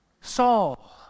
Saul